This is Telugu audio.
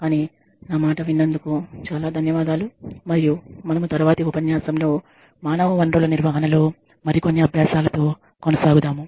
కానీ నా మాట విన్నందుకు చాలా ధన్యవాదాలు మరియు మనము తరువాతి ఉపన్యాసంలో మానవ వనరుల నిర్వహణలో మరికొన్ని అభ్యాసాలతో కొనసాగుతాము